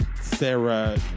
Sarah